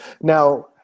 Now